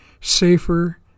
safer